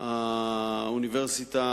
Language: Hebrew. האוניברסיטה